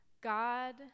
God